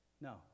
No